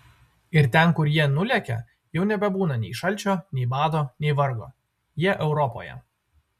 ir ten kur jie nulekia jau nebebūna nei šalčio nei bado nei vargo jie europoje